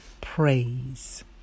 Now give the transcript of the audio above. praise